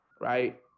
right